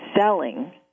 selling